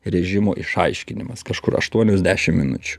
režimo išaiškinimas kažkur aštuonios dešim minučių